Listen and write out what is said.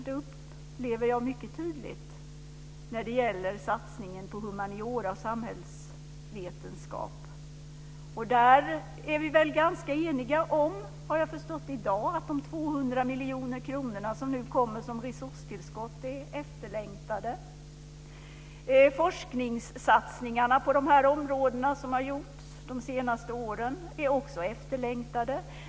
Det upplever jag mycket tydligt när det gäller satsningen på humaniora och samhällsvetenskap. Vi är ganska eniga, har jag förstått i dag, om att de 200 miljoner kronor som nu kommer som resurstillskott är efterlängtade. Forskningssatsningarna på dessa områden, som har gjorts de senaste åren, har också varit efterlängtade.